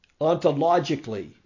Ontologically